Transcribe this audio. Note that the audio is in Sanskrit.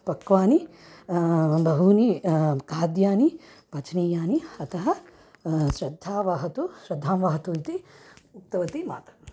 पक्वानि बहूनि खाद्यानि पचनीयानि अतः श्रद्धावहतु श्रद्धां वहतु इति उक्तवती माता